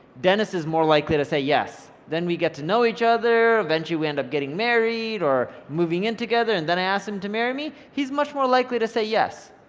dennis is more likely to say yes. then we get to know each other. eventually we end up getting married or moving in together, and then i ask him to marry me. he's much more likely to say yes.